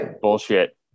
bullshit